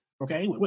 Okay